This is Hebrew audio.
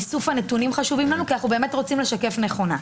איסוף הנתונים חשוב לנו כי אנחנו רוצים לשקף נכונה.